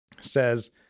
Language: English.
says